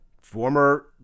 former